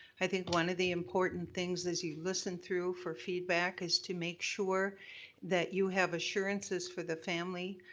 i think one of the important things as you listen through for feedback is to make sure that you have assurances for the family,